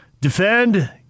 defend